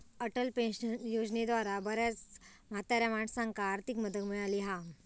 Atal pension योजनेद्वारा बऱ्याच म्हाताऱ्या माणसांका आर्थिक मदत मिळाली हा